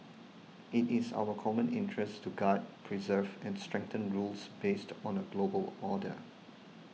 it is in our common interest to guard preserve and strengthen rules based on global order